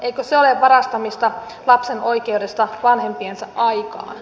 eikö se ole varastamista lapsen oikeudesta vanhempiensa aikaan